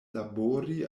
labori